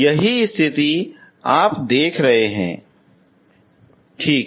यही स्थिति आप देख रहे हैं ठीक है